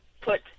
put